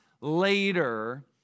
later